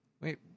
Wait